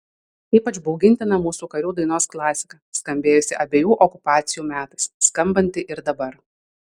ypač baugintina mūsų karių dainos klasika skambėjusi abiejų okupacijų metais skambanti ir dabar